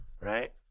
right